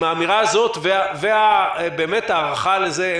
עם האמירה הזאת ועם ההערכה לזה,